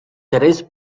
terrace